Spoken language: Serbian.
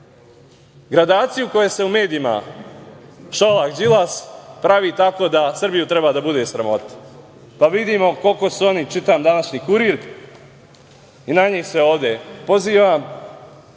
gradaciju koja se u medijima Šolak, Đilas, pravi tako da Srbiju treba da bude sramota. Pa, vidimo koliko su oni… Čitam današnji „Kurir“, i na njih se ovde pozivam,